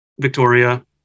Victoria